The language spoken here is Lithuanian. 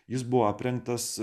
jis buvo aprengtas